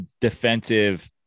defensive